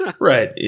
Right